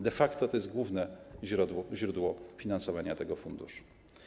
De facto to jest główne źródło finansowania tego funduszu.